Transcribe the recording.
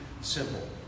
simple